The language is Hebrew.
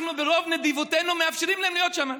אנחנו ברוב נדיבותנו מאפשרים להם להיות שם.